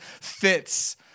fits